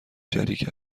شریک